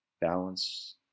balance